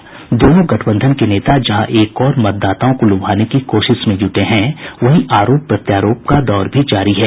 NDA और महागठबंधन के नेता जहां एक ओर मतदाताओं को लुभाने की कोशिश में जुटे हैं वहीं आरोप प्रत्यारोप का दौर भी जारी है